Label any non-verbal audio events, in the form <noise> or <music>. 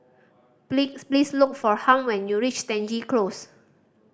<unintelligible> please look for Harm when you reach Stangee Close